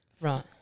Right